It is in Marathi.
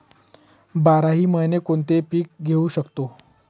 बाराही महिने कोणते पीक घेवू शकतो?